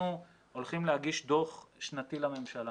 אנחנו הולכים להגיש דוח שנתי לממשלה.